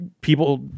people